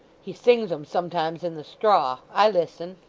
he sings em sometimes in the straw. i listen